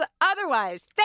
otherwise